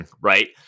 right